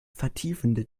vertiefende